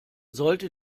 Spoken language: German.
sollte